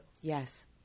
Yes